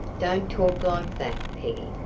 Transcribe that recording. don't talk like that, peggy,